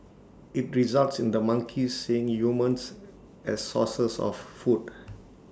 IT results in the monkeys seeing humans as sources of food